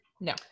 No